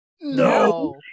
no